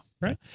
Right